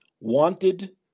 wanted